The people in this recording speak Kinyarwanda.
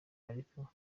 ariko